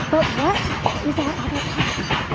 but what is our other option?